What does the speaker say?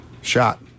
Shot